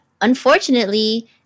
unfortunately